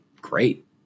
great